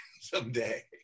Someday